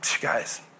guys